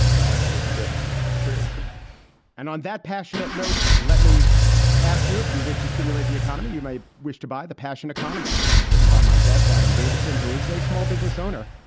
um that is just true and on that passionate note, let me ask you, if you wish to stimulate the economy, you may wish to buy the passion economy, which was written by my guest, adam davidson, who is a small business owner.